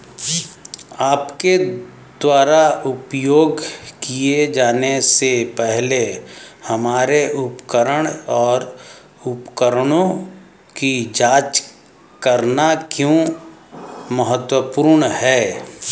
आपके द्वारा उपयोग किए जाने से पहले हमारे उपकरण और उपकरणों की जांच करना क्यों महत्वपूर्ण है?